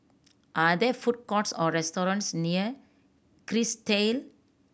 are there food courts or restaurants near Kerrisdale